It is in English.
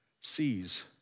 sees